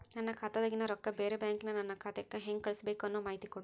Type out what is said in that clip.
ನನ್ನ ಖಾತಾದಾಗಿನ ರೊಕ್ಕ ಬ್ಯಾರೆ ಬ್ಯಾಂಕಿನ ನನ್ನ ಖಾತೆಕ್ಕ ಹೆಂಗ್ ಕಳಸಬೇಕು ಅನ್ನೋ ಮಾಹಿತಿ ಕೊಡ್ರಿ?